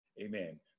amen